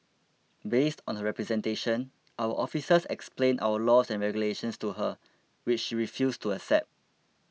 based on her representation our officers explained our laws and regulations to her which she refused to accept